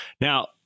Now